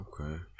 Okay